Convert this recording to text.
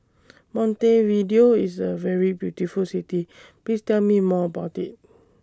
Montevideo IS A very beautiful City Please Tell Me More about IT